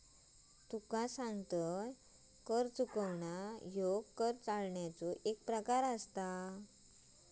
तुका सांगतंय, कर चुकवणा ह्यो कर टाळण्याचो एक प्रकार आसा